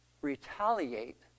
retaliate